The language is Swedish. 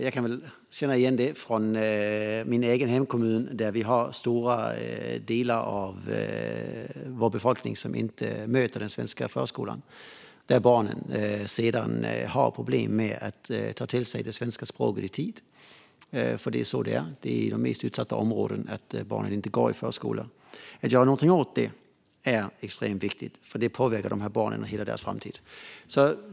Jag kan känna igen det från min hemkommun, där stora delar av vår befolkning inte möter den svenska förskolan och barnen sedan har problem med att ta till sig det svenska språket i tid. Det är så det är i de mest utsatta områdena - barnen går inte i förskolan. Att göra något åt det är extremt viktigt, för det påverkar de här barnen och hela deras framtid.